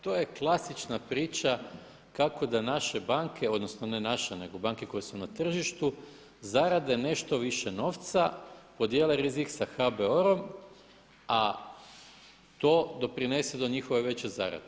To je klasična priča kako da naše banke, odnosno ne naše, nego banke koje su na tržištu zarade nešto više novca, podijele rizik sa HBOR-om a to doprinese do njihove veće zarade.